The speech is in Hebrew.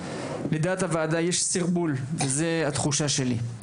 לדעת הוועדה יש סרבול וזה התחושה שלי.